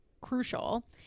crucial